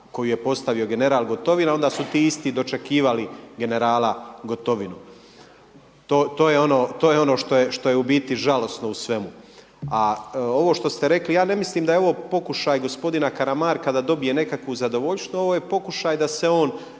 koju je postavio general Gotovina onda su ti isti dočekivali generala Gotovinu. To je ono što je u biti žalosno u svemu. A ovo što ste rekli ja ne mislim da je ovo pokušaj gospodina Karamarka da dobije nekakvu zadovoljštinu, ovo je pokušaj da se on